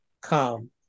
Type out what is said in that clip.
come